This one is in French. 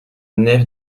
nef